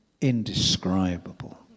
indescribable